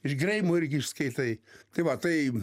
iš greimo irgi išskaitai tai va tai